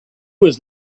was